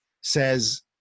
says